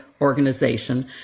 organization